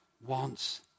wants